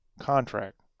contract